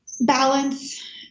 Balance